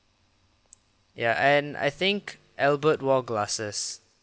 ya and I think albert wore glasses